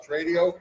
Radio